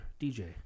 DJ